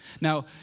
Now